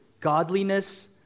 godliness